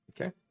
Okay